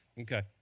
okay